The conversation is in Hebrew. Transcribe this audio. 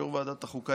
יו"ר ועדת החוקה,